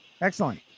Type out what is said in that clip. Excellent